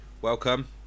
Welcome